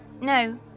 No